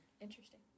Interesting